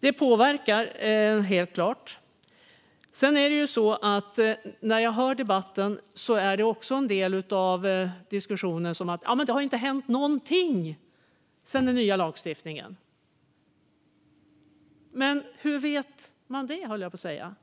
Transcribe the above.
Det påverkar helt klart. Jag hör ibland i debatten att det inte har hänt någonting sedan den nya lagstiftningen kom. Men hur vet man det, höll jag på att säga.